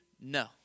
no